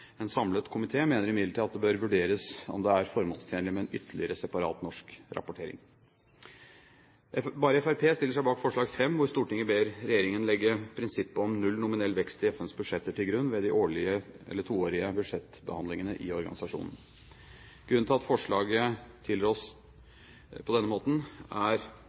En samlet komité mener imidlertid at det bør vurderes om det er formålstjenlig med en ytterligere separat norsk rapportering. Bare Fremskrittspartiet stiller seg bak forslag V, hvor «Stortinget ber regjeringen legge prinsippet om null nominell vekst i FNs budsjetter til grunn ved de årlige/toårige budsjettbehandlingene i organisasjonen». Grunnen til at forslaget tilrås på denne måten, er